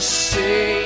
say